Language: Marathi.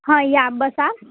हां या बसा